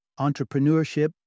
entrepreneurship